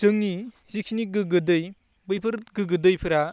जोंनि जिखिनि गोगो दै बैफोर गोगो दैफोरा